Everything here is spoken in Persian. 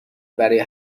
برای